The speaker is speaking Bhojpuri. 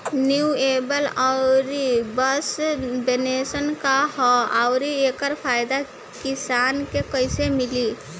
रिन्यूएबल आउर सबवेन्शन का ह आउर एकर फायदा किसान के कइसे मिली?